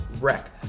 wreck